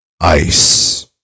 Ice